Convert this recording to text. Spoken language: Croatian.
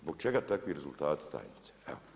Zbog čega takvi rezultati, tajnice?